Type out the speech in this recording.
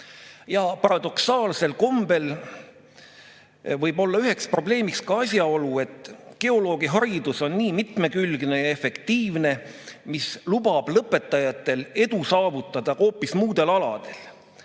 Paradoksaalsel kombel võib olla üheks probleemiks asjaolu, et geoloogi haridus on nii mitmekülgne ja efektiivne, et lubab lõpetajatel edu saavutada hoopis muudel aladel.